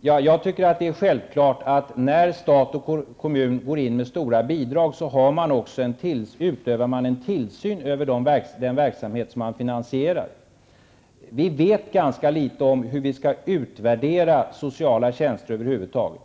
Det är självklart att om stat och kommun går in med stora bidrag skall man också utöva en tillsyn över den verksamhet som man finansierar. Vi vet ganska litet om hur vi skall utvärdera sociala tjänster över huvud taget.